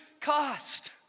cost